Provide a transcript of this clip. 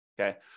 okay